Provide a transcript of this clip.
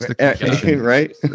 right